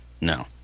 No